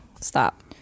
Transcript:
stop